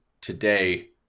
today